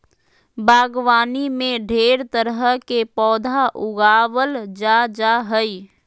बागवानी में ढेर तरह के पौधा उगावल जा जा हइ